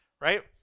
right